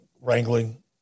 wrangling